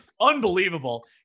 Unbelievable